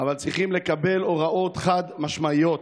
אבל צריכים לקבל הוראות חד-משמעיות.